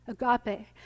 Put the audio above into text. agape